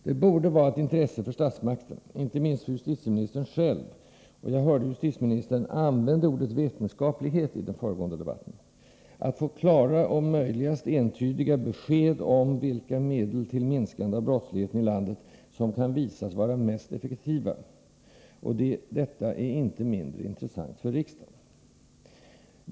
Det borde vara av intresse för statsmakten, inte minst för justitieministern själv — och jag hörde att justitieministern använde ordet vetenskaplighet i den föregående debatten — att få klara och så entydiga besked som möjligt om vilka medel till minskande av brottsligheten i landet som kan visas vara mest effektiva, och detta är inte mindre intressant för riksdagen.